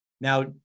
Now